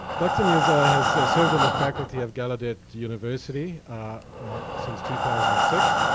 dr. nuzzo has served on the faculty of gallaudet university since two thousand and six,